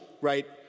right